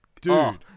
Dude